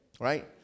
Right